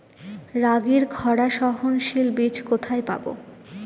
রাগির খরা সহনশীল বীজ কোথায় পাবো?